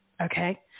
okay